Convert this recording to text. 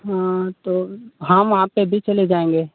हाँ तो हाँ वहाँ पे भी चले जाएँगे